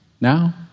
Now